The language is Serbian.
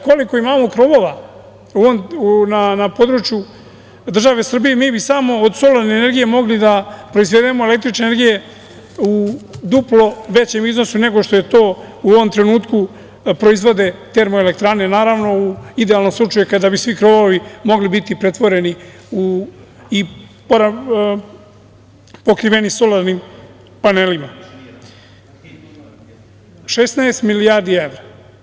Koliko imamo krovova na području države Srbije mi bi samo od solarne energije mogli da proizvedemo električne energije u duplo većem iznosu nego što je to u ovom trenutku proizvode termoelektrane, naravno, u idealnom slučaju, kada bi svi krovovi mogli biti pretvoreni i pokriveni solarnim panelima – 16 milijardi evra.